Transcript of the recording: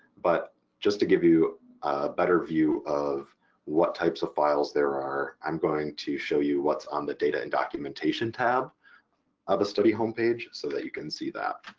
but just to give you a better view of what types of files there are, i'm going to show you what's on the data and documentation tab of a study home page so that you can see that.